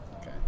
Okay